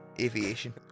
Aviation